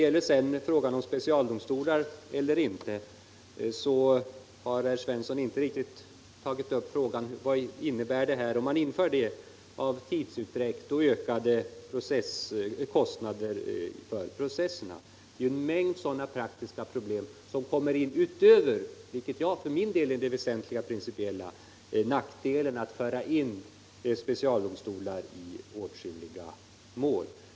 I frågan om specialdomstolar eller inte har herr Svensson inte tagit upp vad det innebär av tidsutdräkt och ökade kostnader för processer att införa sådana. Det är en mängd sådana praktiska problem som kommer in i bilden utöver den principiellt väsentliga nackdelen med att föra in specialdomstolar i åtskilliga mål.